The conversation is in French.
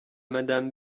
madame